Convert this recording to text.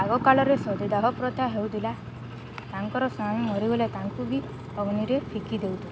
ଆଗକାଳରେ ସତୀଦାହ ପ୍ରଥା ହେଉଥିଲା ତାଙ୍କର ସ୍ୱାମୀ ମରିଗଲେ ତାଙ୍କୁ ବି ଅଗ୍ନିରେ ଫିଙ୍କି ଦେଉଥିଲେ